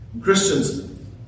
Christians